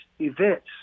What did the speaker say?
events